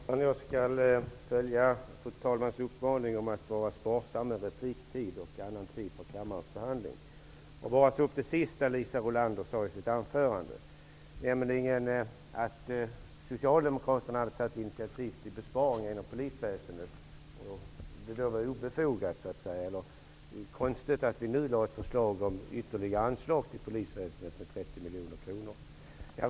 Fru talman! Jag skall följa uppmaningen att vara sparsam med repliktid och bara ta upp det sista som Socialdemokraterna har tagit initiativ till besparingar inom polisväsendet och att det därför var konstigt att vi nu lade fram ett förslag om ytterligare anslag till polisväsendet om 30 miljoner kronor.